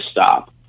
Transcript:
stop